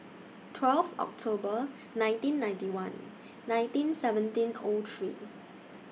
twelve October nineteen ninety one nineteen seventeen O three